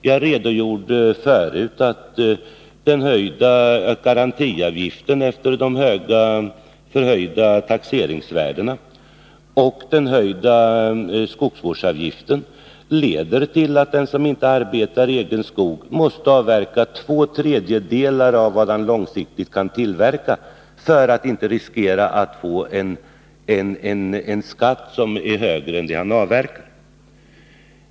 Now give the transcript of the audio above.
Jag redogjorde förut för att den höjda garantiavgiften efter de förhöjda taxeringsvärdena och den höjda skogsvårdsavgiften leder till att den som inte arbetar i egen skog måste avverka två tredjedelar av vad han långsiktigt kan avverka, för att inte riskera att få en skatt som är större än inkomsten från det han avverkar.